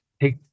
take